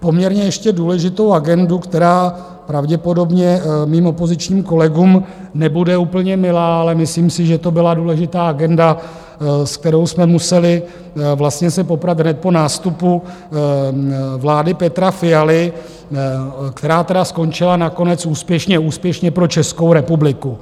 poměrně ještě důležitou agendu, která pravděpodobně mým opozičním kolegům nebude úplně milá, ale myslím si, že to byla důležitá agenda, s kterou jsme se museli poprat hned po nástupu vlády Petra Fialy, která teda skončila nakonec úspěšně úspěšně pro Českou republiku.